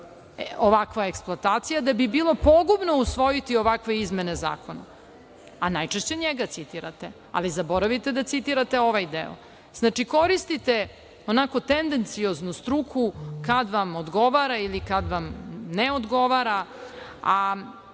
ovakva eksploatacija, da bi bilo pogubno usvojiti ovakve izmene zakona, a najčešće njega citirate, ali zaboravite da citirate ovaj deo. Znači, koristite onako tendenciozno struku kad vam odgovara ili kad vam ne odgovara.